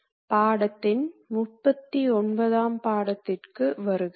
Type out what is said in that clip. வழக்கம்போல் இந்தப் பாடத்தின் கற்பித்தல் நோக்கங்களைக் காண்போம்